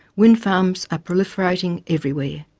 wind farms are proliferating everywhere.